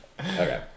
Okay